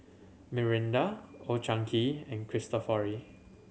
Mirinda Old Chang Kee and Cristofori